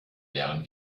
deren